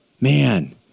man